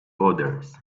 others